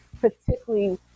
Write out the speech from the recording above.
particularly